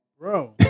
bro